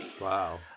Wow